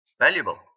valuable